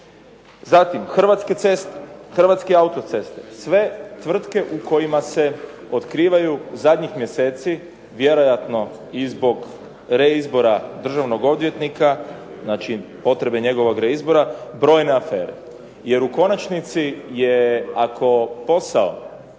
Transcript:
Zatim, Hrvatske ceste, Hrvatske autoceste sve tvrtke u kojima se otkrivaju zadnjih mjeseci, vjerojatno i zbog reizbora državnog odvjetnika, potrebe njegova reizbora, brojne afere. Jer u konačnici je ako posao